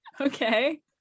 Okay